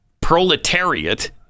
proletariat